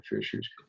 issues